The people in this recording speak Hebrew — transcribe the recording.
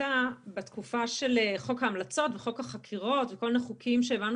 עלתה בתקופה של חוק ההמלצות וחוק החקירות וכל מיני חוקים שהבנו